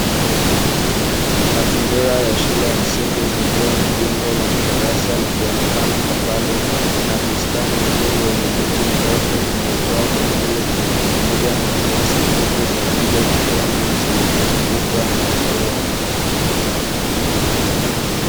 Mazingira ya shule za msingi, kukiwa na jengo la madarasa likionekana kwa mbali, na bustani nzuri yenye miti mirefu inayotoa vivuli pamoja na nyasi fupi za rangi ya kijani zilizozungukwa na maua.